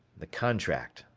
the contract,